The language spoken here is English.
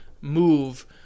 move